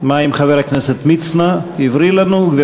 מה עם חבר הכנסת מצנע, הבריא לנו?